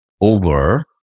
over